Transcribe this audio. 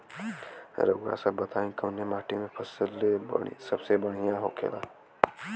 रउआ सभ बताई कवने माटी में फसले सबसे बढ़ियां होखेला?